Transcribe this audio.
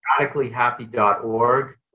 radicallyhappy.org